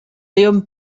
ayons